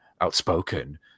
outspoken